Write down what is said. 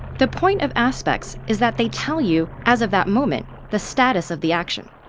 the point of aspects is that they tell you as of that moment the status of the action.